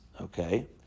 Okay